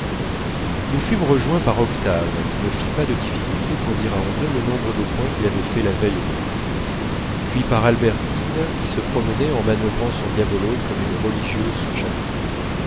nous fûmes rejoints par octave qui ne fit pas de difficulté pour dire à andrée le nombre de points qu'il avait faits la veille au golf puis par albertine qui se promenait en manœuvrant son diabolo comme une religieuse son chapelet